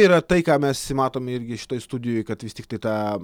yra tai ką mes matome irgi šitoje studijoj kad vis tiktai ta